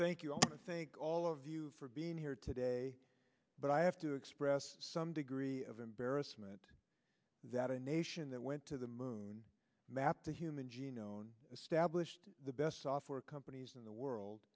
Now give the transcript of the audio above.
thank you thank all of you for being here today but i have to express some degree of embarrassment that a nation that went to the moon mapped the human genome established the best software companies in the world